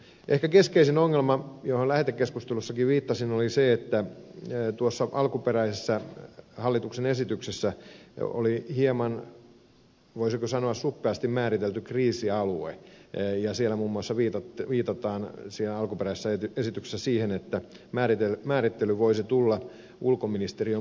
ehkä keskeisin ongelma johon lähetekeskustelussakin viittasin oli se että tuossa alkuperäisessä hallituksen esityksessä oli hieman voisiko sanoa suppeasti määritelty kriisialue ja siinä alkuperäisessä esityksessä muun muassa viitataan siihen että määrittely voisi tulla ulkoministeriön matkustusohjeesta